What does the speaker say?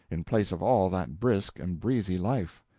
in place of all that brisk and breezy life.